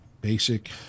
basic